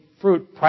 fruit